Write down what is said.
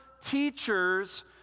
teachers